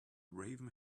raven